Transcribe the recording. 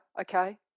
Okay